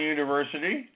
University